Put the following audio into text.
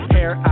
Hair